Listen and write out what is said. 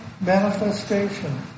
manifestation